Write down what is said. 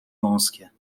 wąskie